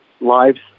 lives